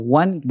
one